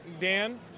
Dan